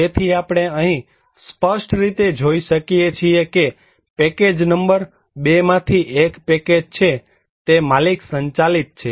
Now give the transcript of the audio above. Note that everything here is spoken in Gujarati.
તેથી આપણે અહીં સ્પષ્ટ રીતે જોઈ શકીએ છીએ કે પેકેજ નંબર 2 માંથી એક પેકેજ છે તે માલિક સંચાલિત છે